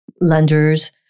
lenders